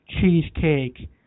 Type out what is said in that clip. Cheesecake